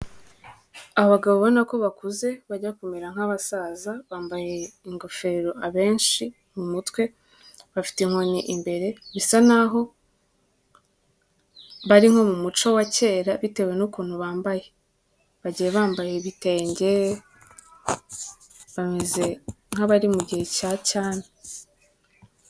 Abagabo ubona ko bakuze bajya kumera nk'abasaza, bambaye ingofero abenshi mu mutwe, bafite inkoni imbere, bisa naho bari nko mu muco wa kera bitewe n'ukuntu bambaye. Bagiye bambaye ibitenge, bameze nk'abari mu gihe cya cyami.